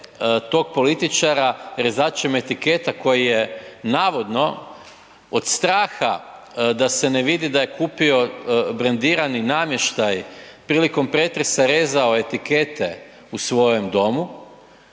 tog političara rezačem etiketa koji je navodno od straha da se ne vidi da je kupio brendirani namještaj prilikom pretresa rezao etikete u svojem domu